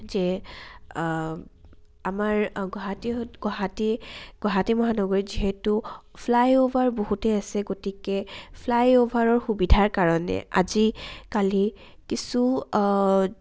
যে আমাৰ গুৱাহাটীত গুৱাহাটী গুৱাহাটী মহানগৰীত যিহেতু ফ্লাই অ'ভাৰ বহুতেই আছে গতিকে ফ্লাই অ'ভাৰৰ সুবিধাৰ কাৰণে আজিকালি কিছু